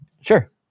Sure